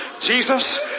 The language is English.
Jesus